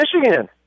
Michigan